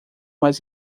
mais